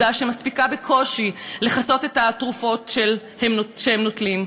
שמספיקה בקושי לכסות את התרופות שהם נוטלים,